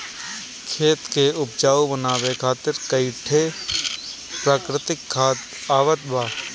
खेत के उपजाऊ बनावे खातिर कई ठे प्राकृतिक खाद आवत बा